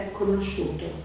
conosciuto